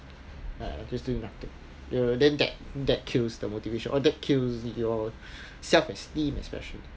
just doing nothing you then then that that kills the motivation or that kills your self esteem especially